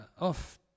off